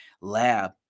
lab